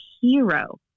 hero